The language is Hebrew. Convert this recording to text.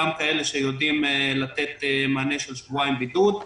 גם כאלה שיודעים לתת מענה של שבועיים בידוד,